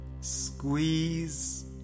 squeeze